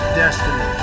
destiny